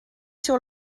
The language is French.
sur